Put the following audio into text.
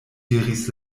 diris